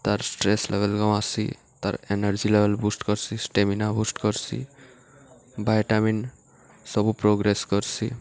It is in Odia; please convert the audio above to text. ତାର୍ ଷ୍ଟ୍ରେସ୍ ଲେଭେଲ୍ କମାସି ତାର୍ ଏନର୍ଜି ଲେଭେଲ୍ ବୁଷ୍ଟ୍ କର୍ସି ଷ୍ଟେମିନା ବୁଷ୍ଟ୍ କର୍ସି ଭାଇଟାମିନ୍ ସବୁ ପ୍ରୋଗ୍ରେସ୍ କର୍ସି